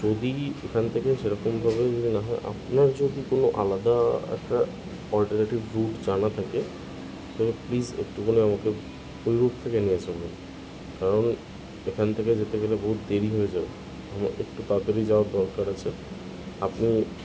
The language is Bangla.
যদি এখান থেকে সেরকমভাবে যদি না হয় আপনার যদি কোনো আলাদা একটা অল্টারনেটিভ রুট জানা থাকে তবে প্লিস একটুখানি আমাকে ঐ রুট থেকে নিয়ে চলুন কারণ এখান থেকে যেতে গেলে বহুত দেরি হয়ে যায় আমার একটু তাড়াতাড়ি যাওয়ার দরকার আছে আপনি